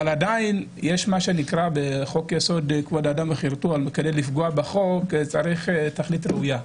אבל עדיין כדי לפגוע בחוק יסוד: כבוד האדם וחירותו צריך תכלית ראויה.